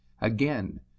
Again